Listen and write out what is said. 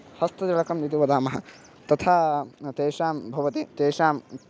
हस्तचलकम् इति वदामः तथा तेषां भवति तेषाम्